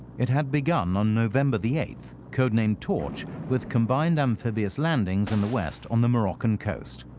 it had begun on november the eighth, codenamed torch, with combined amphibious landings in the west on the moroccan coast,